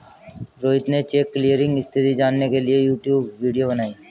रोहित ने check clearing स्थिति जानने के लिए यूट्यूब वीडियो बनाई